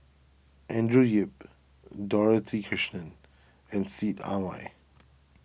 Andrew Yip Dorothy Krishnan and Seet Ai Wine